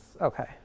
okay